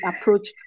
approach